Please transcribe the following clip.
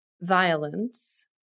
violence